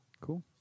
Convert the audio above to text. Cool